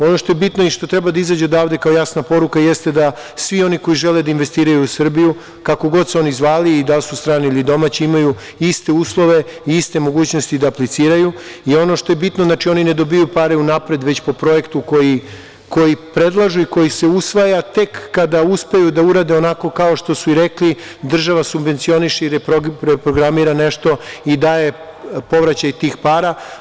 Ono što je bitno i što treba da izađe odavde kao jasna poruka jeste da svi oni koji žele da investiraju u Srbiju, kako god se oni zvali, da li su strani ili domaći imaju iste uslove i iste mogućnosti da apliciraju i, ono što je bitno, oni ne dobijaju pare unapred, već po projektu koji predlažu i koji se usvaja tek kada uspeju da urade onako kao što su i rekli, država subvencioniše i reprogramira nešto i daje povraćaj tih para.